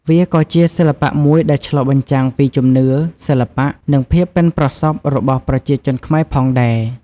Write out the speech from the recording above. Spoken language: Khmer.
វាក៏ជាសិល្បៈមួយដែលឆ្លុះបញ្ចាំងពីជំនឿ សិល្បៈ និងភាពប៉ិនប្រសប់របស់ប្រជាជនខ្មែរផងដែរ។